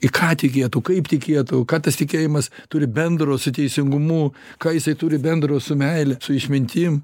į ką tikėtų kaip tikėtų ką tas tikėjimas turi bendro su teisingumu ką jisai turi bendro su meile su išmintim